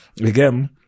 again